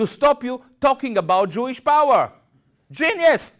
to stop you talking about jewish power